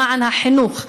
למען החינוך,